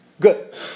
Good